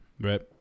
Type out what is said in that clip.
Right